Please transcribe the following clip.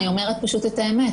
אני אומרת פשוט את האמת.